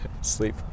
Sleep